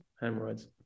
hemorrhoids